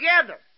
together